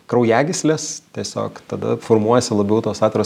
kraujagyslės tiesiog tada formuojasi labiau tos atviros